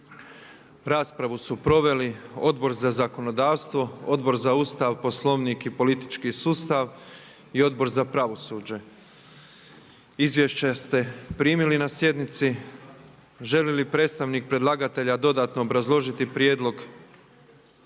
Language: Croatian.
Raspravu su proveli Odbor za zakonodavstvo, Odbor za Ustav, Poslovnik i politički sustav i Odbor za pravosuđe. Izvješće ste primili na sjednici. Želi li predstavnik predlagatelja dodatno obrazložiti prijedlog?